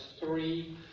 three